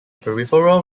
peripheral